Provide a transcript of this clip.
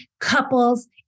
couples